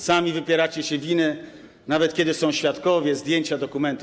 Sami wypieracie się winy, nawet kiedy są świadkowie, zdjęcia, dokumenty.